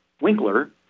Winkler